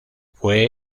fue